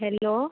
hello